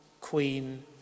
queen